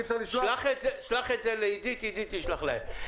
שלח את זה לעידית חנוכה, היא תשלח להם.